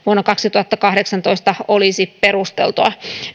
kaksituhattakahdeksantoista olisi perusteltua